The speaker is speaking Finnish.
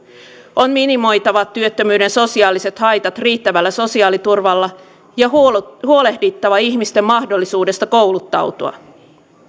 on minimoitava työttömyyden sosiaaliset haitat riittävällä sosiaaliturvalla ja huolehdittava ihmisten mahdollisuudesta kouluttautua